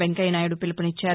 వెంకయ్య నాయుడు పిలుపునిచ్చారు